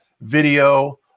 video